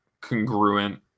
congruent